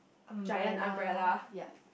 umbrella ya